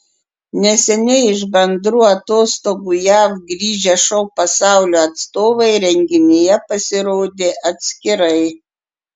neseniai iš bendrų atostogų jav grįžę šou pasaulio atstovai renginyje pasirodė atskirai